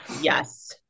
Yes